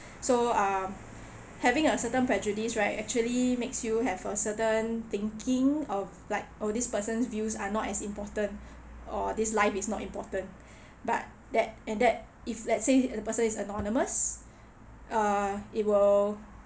so um having a certain prejudice right actually makes you have a certain thinking of like all these persons' views are not as important or this life is not important but that and that if let's say a person is anonymous uh it will